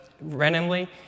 randomly